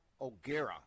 O'Gara